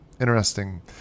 interesting